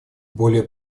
более